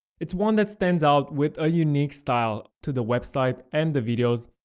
it's one that stands out with a unique style to the website and the videos,